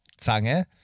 Zange